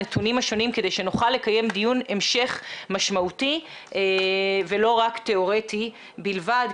הנתונים השונים כדי שנוכל לקיים דיון המשך משמעותי ולא רק תיאורטי בלבד.